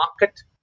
market